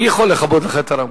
מי יכול לכבות לך את הרמקול?